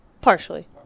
Partially